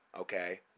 Okay